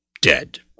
dead